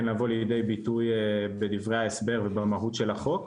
לבוא לידי ביטוי בדברי ההסבר ובמהות של החוק,